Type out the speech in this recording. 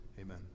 Amen